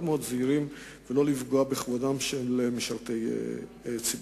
זהירים ולא לפגוע בכבודם של משרתי ציבור.